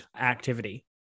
activity